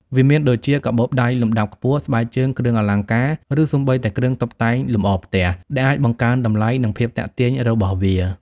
វាមានដូចជា កាបូបដៃលំដាប់ខ្ពស់ ស្បែកជើង គ្រឿងអលង្ការ ឬសូម្បីតែគ្រឿងតុបតែងលម្អផ្ទះ ដែលអាចបង្កើនតម្លៃ និងភាពទាក់ទាញរបស់វា។